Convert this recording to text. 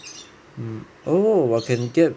um oh !wow! can get